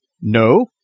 No